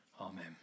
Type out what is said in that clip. Amen